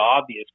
obvious